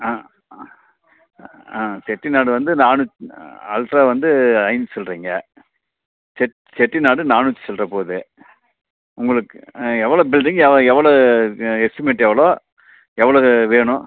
ஆ ஆ செட்டிநாடு வந்து நானூத் அல்ட்ரா வந்து ஐநூற்றி சில்றைங்க செட் செட்டிநாடு நானூற்றி சில்லற போது உங்களுக்கு எவ்வளோ பில்டிங் எவ்வளோ எஸ்டிமேட் எவ்வளோ எவ்வளோ வேணும்